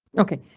ok,